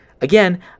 Again